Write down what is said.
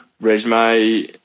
resume